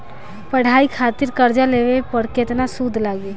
पढ़ाई खातिर कर्जा लेवे पर केतना सूद लागी?